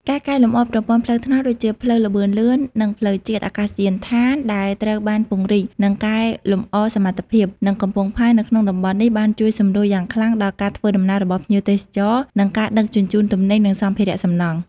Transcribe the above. ការកែលម្អប្រព័ន្ធ ផ្លូវថ្នល់ ដូចជាផ្លូវល្បឿនលឿន និងផ្លូវជាតិ អាកាសយានដ្ឋានដែលត្រូវបានពង្រីក និងកែលម្អសមត្ថភាព និង កំពង់ផែ នៅក្នុងតំបន់នេះ បានជួយសម្រួលយ៉ាងខ្លាំងដល់ការធ្វើដំណើរ របស់ភ្ញៀវទេសចរ និង ការដឹកជញ្ជូន ទំនិញ និងសម្ភារៈសំណង់។